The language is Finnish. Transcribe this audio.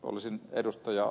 olisin ed